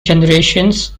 generations